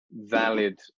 valid